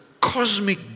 cosmic